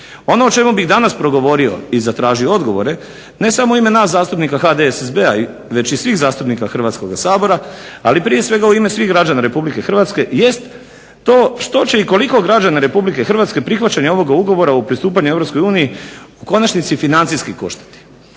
Ono o čemu bih danas progovorio i zatražio odgovore ne samo u ime nas zastupnika HDSSB-a već i svih zastupnika Hrvatskoga sabora, ali prije svega i u ime svih građana RH jest to što će i koliko građana RH prihvaćanjem ovoga Ugovora o pristupanju EU u konačnici financijski koštati?